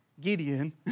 Gideon